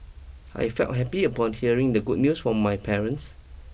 I felt happy upon hearing the good news from my parents